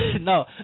No